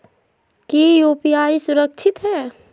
की यू.पी.आई सुरक्षित है?